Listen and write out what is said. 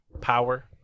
power